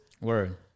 Word